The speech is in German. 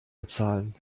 bezahlen